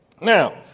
Now